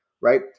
right